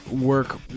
work